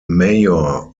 mayor